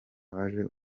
haje